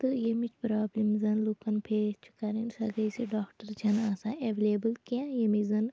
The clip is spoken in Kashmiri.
تہٕ یٔمِچ پرٛابلِم زَنہٕ لوٗکَن فیس چھِ کَرٕنۍ سۄ گٔے زِ ڈاکٹَر چھِنہٕ آسان ایٚولیبٕل کیٚنٛہہ یٔمِچ زَنہٕ